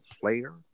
player